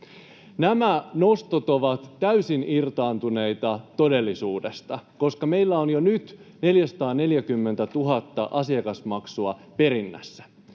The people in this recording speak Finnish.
Nämä nostot ovat täysin irtaantuneita todellisuudesta, koska meillä on jo nyt 440 000 asiakasmaksua perinnässä.